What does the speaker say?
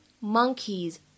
monkeys